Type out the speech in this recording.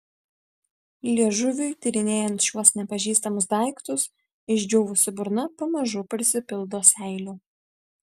liežuviui tyrinėjant šiuos nepažįstamus daiktus išdžiūvusi burna pamažu prisipildo seilių